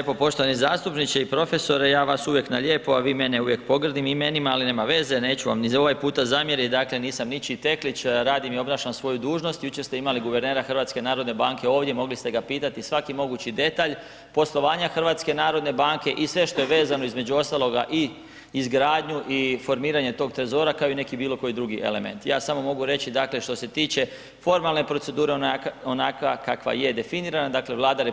Hvala lijepo poštovani zastupniče i profesore, ja vas uvijek na lijepo, a vi mene uvijek pogrdnim imenima, ali nema veze, neću vam ni ovaj puta zamjerit, dakle nisam ničiji teklić, radim i obnašam svoju dužnost, jučer ste imali guvernera HNB-a ovdje mogli ste ga pitati svaki mogući detalj poslovanja HNB-a i sve što je vezano između ostaloga i izgradnju i formiranje tog trezora kao i neki bilo koji drugi element, ja samo mogu reći dakle što se tiče formalne procedure onakva kakva je definirana, dakle Vlada RH